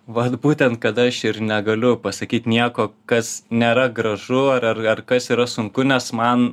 vat būtent kad aš ir negaliu pasakyt nieko kas nėra gražu ar ar ar kas yra sunku nes man